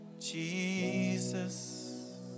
Jesus